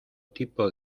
tipo